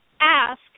ask